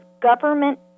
government